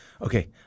Okay